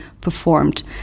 performed